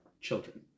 children